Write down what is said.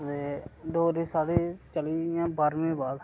ते डोगरी स्हाड़ी चली इयां बाह्र्मी बाद